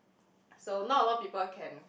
so not a lot people can